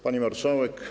Pani Marszałek!